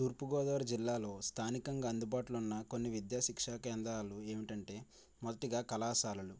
తూర్పు గోదావరి జిల్లాలో స్థానికంగా అందుబాటులో ఉన్న కొన్ని విద్యా శిక్షా కేంద్రాలు ఏమిటంటే మొదటిగా కళాశాలలు